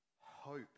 hope